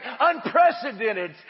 unprecedented